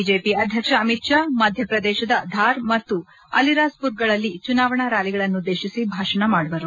BJP ಅಧ್ಯಕ್ಷ ಅಮಿತ್ ಶಾ ಮಧ್ಯ ಪ್ರದೇಶದ ಧಾರ್ ಮತ್ತು ಅಲಿರಾಜ್ಪುರ್ಗಳಲ್ಲಿ ಚುನಾವಣಾ ರ್್ಯಾಲಿಗಳನ್ನು ಉದ್ದೇಶಿಸಿ ಭಾಷಣ ಮಾದಲಿದ್ದಾರೆ